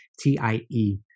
T-I-E